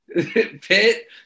Pit